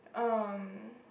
um